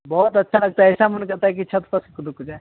बहुत अच्छा लगता है ऐसा मुंड करता है कि छत्त पर से कूद जाएँ